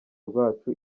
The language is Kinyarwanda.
rwacu